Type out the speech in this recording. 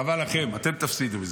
חבל לכם, אתם תפסידו מזה.